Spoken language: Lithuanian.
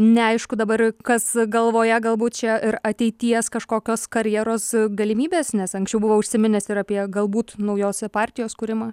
neaišku dabar kas galvoje galbūt čia ir ateities kažkokios karjeros galimybės nes anksčiau buvo užsiminęs ir apie galbūt naujos partijos kūrimą